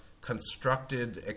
constructed